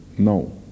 no